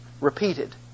repeated